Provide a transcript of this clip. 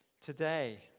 today